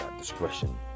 discretion